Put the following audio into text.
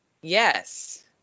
Yes